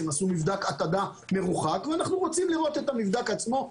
הם עשו מבדק התעדה מרוחק ואנחנו רוצים לראות את המבדק עצמו,